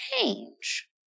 change